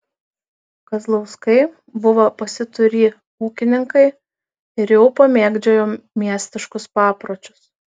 kazlauskai buvo pasiturį ūkininkai ir jau pamėgdžiojo miestiškus papročius